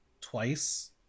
twice